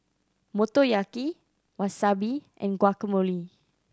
Motoyaki Wasabi and Guacamole